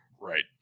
Right